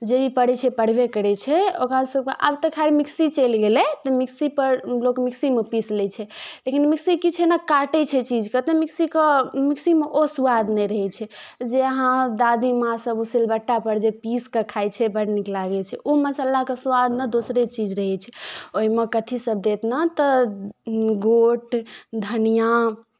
जे भी पड़ै छै पड़बे करै छै ओकरासभके आब तऽ खैर मिक्सी चलि गेलै तऽ मिक्सीपर लोक मिक्सीमे पीसि लै छै लेकिन मिक्सी की छै ने काटै छै चीजकेँ तऽ मिक्सीके मिक्सीमे ओ सुआद नहि रहै छै जे अहाँ दादीमाँसभ सिलबट्टापर जे पीसि कऽ खाइ छै बड़ नीक लागै छै ओ मसालाके सुआद ने दोसरे चीज रहै छै ओहिमे कथी सभ देत ने तऽ गोट धनिआँ